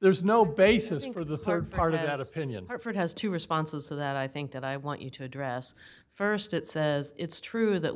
there's no basis for the rd part as opinion harford has two responses to that i think that i want you to address st it says it's true that